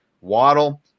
Waddle